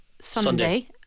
Sunday